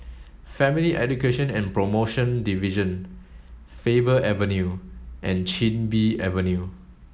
Family Education and Promotion Division Faber Avenue and Chin Bee Avenue